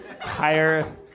higher